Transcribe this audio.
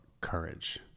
courage